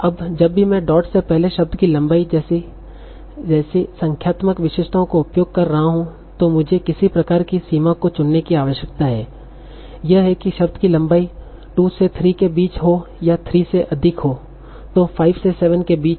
अब जब भी मैं डॉट से पहले शब्द की लंबाई जैसी संख्यात्मक विशेषताओं का उपयोग कर रहा हूं तो मुझे किसी प्रकार की सीमा को चुनने की आवश्यकता है यह है कि शब्द की लंबाई 2 से 3 के बीच हो या 3 से अधिक है तो 5 से 7 के बीच हो